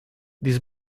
this